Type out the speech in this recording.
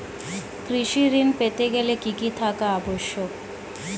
কৃষি ঋণ পেতে গেলে কি কি থাকা আবশ্যক?